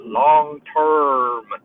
long-term